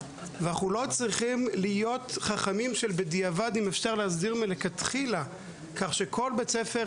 לא צריכים להיות חכמים בדיעבד אם אפשר להסדיר מלכתחילה שכל בית ספר